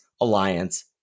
Alliance